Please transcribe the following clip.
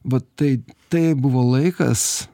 va tai tai buvo laikas